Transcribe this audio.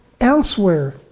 elsewhere